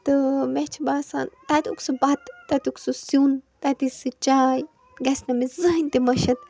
تہٕ مےٚ چھِ باسان تَتیُک سُہ بَتہٕ تَتیُک سُہ سیُن تَتِچ سَہ چاے گَژھِ نہٕ مےٚ زٔہینۍ تہِ مٔشَتھ